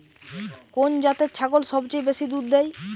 কোন জাতের ছাগল সবচেয়ে বেশি দুধ দেয়?